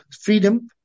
freedom